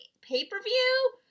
pay-per-view